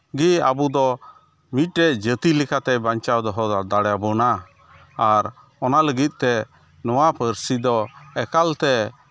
ᱜᱤ ᱟᱵᱚᱫᱚ ᱢᱤᱫᱴᱮᱡ ᱡᱟᱹᱛᱤ ᱞᱮᱠᱟᱛᱮ ᱵᱟᱧᱪᱟᱣ ᱫᱚᱦᱚ ᱫᱟᱲᱮᱭᱟᱵᱚᱱᱟ ᱟᱨ ᱚᱱᱟ ᱞᱟᱹᱜᱤᱫ ᱛᱮ ᱱᱚᱣᱟ ᱯᱟᱹᱨᱥᱤ ᱫᱚ ᱮᱠᱟᱞᱛᱮ